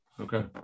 Okay